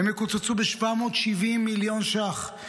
הן יקוצצו ב-770 מיליון ש"ח,